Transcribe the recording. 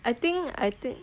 I think I think